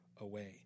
away